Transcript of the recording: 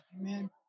Amen